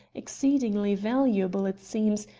exceedingly valuable it seems,